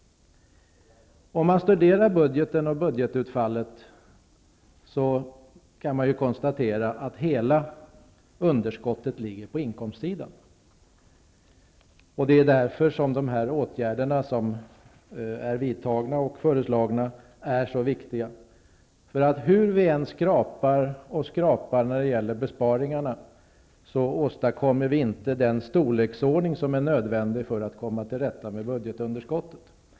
Om vi studerar budgeten och budgetutfallet kan vi konstatera att hela underskottet ligger på inkomstsidan. Det är därför som de vidtagna och föreslagna åtgärderna är så viktiga. Hur vi än skrapar och skrapar när det gäller besparingarna, åstadkommer vi inte den storleksordning som är nödvändig för att komma till rätta med budgetunderskottet.